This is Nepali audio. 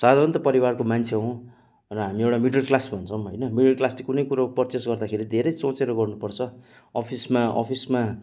साधारणता परिवारको मान्छे हुँ र हामी एउटा मिडल क्लास भन्छौँ होइन मिडल क्लासले कुनै कुरो पर्चेस गर्दाखेरि धेरै सोचेर गर्नुपर्छ अफिसमा अफिसमा